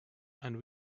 and